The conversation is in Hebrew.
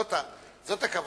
זו הכוונה.